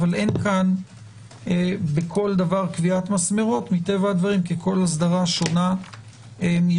אבל אין כאן בכל דבר קביעת מסמרות כי כל אסדרה שונה מרעותה.